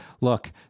look